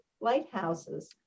Lighthouses